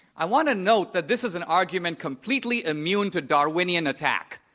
i want to note that this is an argument completely immune to darwinian attack.